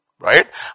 right